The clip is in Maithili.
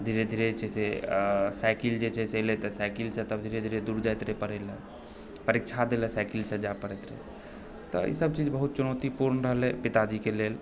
धीरे धीरे जे छै से साइकिल जे छै से एलए तऽ साइकिलसे तब धीरे धीरे दूर जाइत रहै पढ़य ला परीक्षा दए ला साइकिलसे जाय पड़य तऽ ईसभ चीज बहुत चुनौतीपूर्ण रहलय पिताजीके लेल